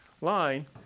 line